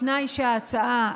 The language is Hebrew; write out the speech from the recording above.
בתנאי שההצעה,